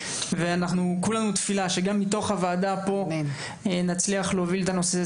ואנחנו כולנו תפילה שגם מתוך הוועדה פה נצליח להוביל את הנושא הזה.